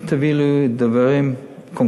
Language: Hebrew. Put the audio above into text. אם תביא לי דברים קונקרטיים,